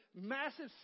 massive